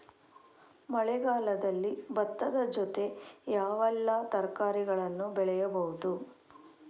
ಮಳೆಗಾಲದಲ್ಲಿ ಭತ್ತದ ಜೊತೆ ಯಾವೆಲ್ಲಾ ತರಕಾರಿಗಳನ್ನು ಬೆಳೆಯಬಹುದು?